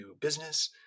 business